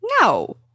No